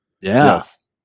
Yes